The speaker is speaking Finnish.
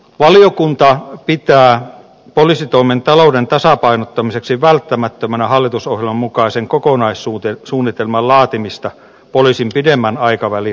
valiokunta pitää poliisitoimen talouden tasapainottamiseksi välttämättömänä hallitusohjelman mukaisen kokonaissuunnitelman laatimista poliisin pidemmän aikavälin resursseista